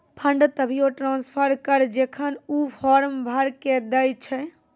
fund तभिये transfer करऽ जेखन ऊ फॉर्म भरऽ के दै छै